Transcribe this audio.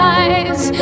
eyes